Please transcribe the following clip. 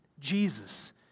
Jesus